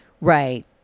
Right